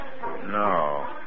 No